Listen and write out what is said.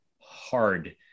hard